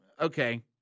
Okay